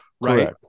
right